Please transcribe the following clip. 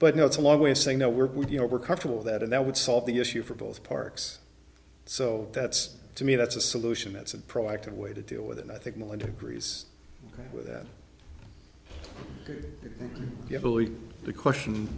but now it's a long way of saying no we're with you know we're comfortable that and that would solve the issue for both parks so that's to me that's a solution that's a proactive way to deal with and i think melinda agrees with that you believe the question